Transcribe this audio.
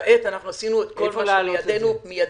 כעת עשינו את כל מה שבידינו מיידית.